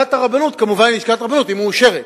כשלשכת הרבנות, כמובן לשכת רבנות, היא מאושרת.